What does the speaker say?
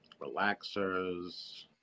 relaxers